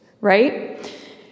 right